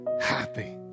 happy